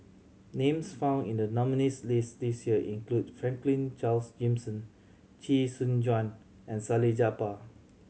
names found in the nominees' list this year include Franklin Charles Gimson Chee Soon Juan and Salleh Japar